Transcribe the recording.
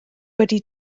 wedi